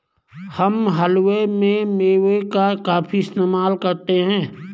हम हलवे में मेवे का काफी इस्तेमाल करते हैं